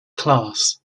class